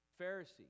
Pharisee